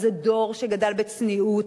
זה דור שגדל בצניעות,